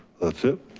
that's it,